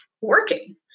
working